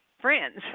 friends